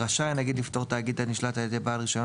רשאי הנגיד לפטור תאגיד הנשלט על ידי בעל רישיון